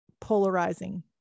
polarizing